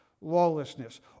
lawlessness